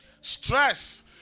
Stress